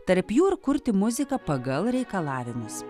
tarp jų ir kurti muziką pagal reikalavimus